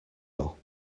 law